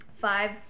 five